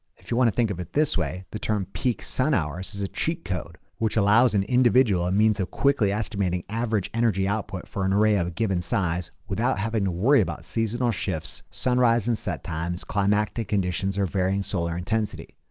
if you want to think of it this way, the term peak sun hours is a cheat code. which allows an individual a means of quickly estimating average energy output for an array of a given size, without having to worry about seasonal shifts, sun rise and set times, climactic conditions or varying solar intensity.